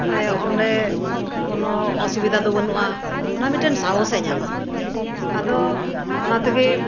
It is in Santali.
ᱚᱸᱰᱮ ᱠᱳᱱᱳ ᱚᱥᱩᱵᱤᱫᱟ ᱫᱚ ᱵᱟᱹᱱᱩᱜᱼᱟ ᱚᱱᱟ ᱢᱤᱫᱴᱮᱱ ᱥᱟᱦᱚᱥᱮ ᱧᱟᱢᱟ ᱟᱫᱚ ᱚᱱᱟ ᱛᱮᱜᱮ